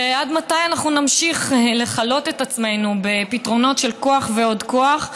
ועד מתי אנחנו נמשיך לכלות את עצמנו בפתרונות של כוח ועוד כוח.